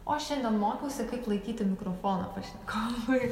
o šiandien mokausi kaip laikyti mikrofoną pašnekovui